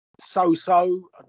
So-So